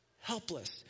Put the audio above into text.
helpless